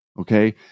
Okay